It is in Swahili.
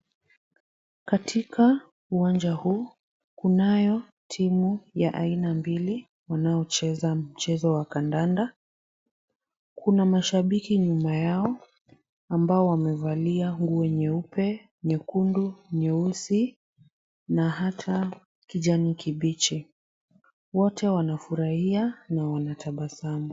Katika uwanja huu kunayo timu ya aina mbili wanaocheza mchezo wa kandanda. Kuna mashabiki nyuma yao ambao wamevalia nguo nyeupe, nyekundu, nyeusi na ata kijani kibichi. Wote wanafurahia na wanatabasamu.